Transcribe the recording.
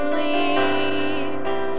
leaves